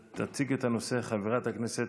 מס' 2126,